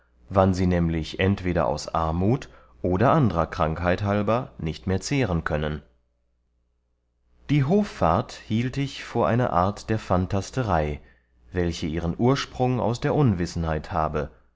wann sie nämlich entweder aus armut oder andrer krankheit halber nicht mehr zehren können die hoffart hielt ich vor eine art der phantasterei welche ihren ursprung aus der unwissenheit habe